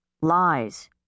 lies